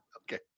Okay